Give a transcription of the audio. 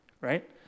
right